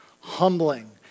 humbling